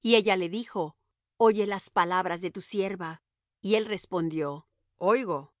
y ella le dijo oye las palabras de tu sierva y él respondió oigo